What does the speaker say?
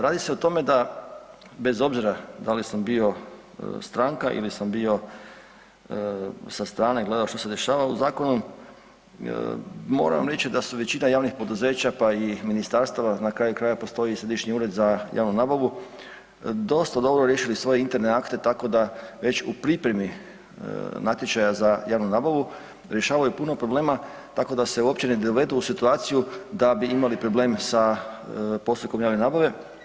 Radi se o tome da bez obzira da li sam bio stranka ili sam bio sa strane što se dešava u zakonu, moram reći da su većina javnih poduzeća pa i ministarstva, na kraju krajeva postoji i Središnji državni ured za javnu nabavu, dosta dobro riješili svoje interne akte tako da već u pripremi natječaja za javnu nabavu rješavaju puno problema tako da se uopće ne dovedu u situaciju da bi imali problem sa postupkom javne nabave.